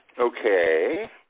Okay